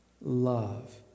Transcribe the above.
Love